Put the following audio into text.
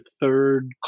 third